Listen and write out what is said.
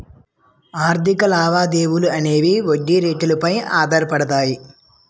ఆర్థిక లావాదేవీలు అనేవి వడ్డీ రేట్లు పై ఆధారపడతాయి